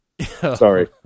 Sorry